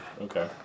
Okay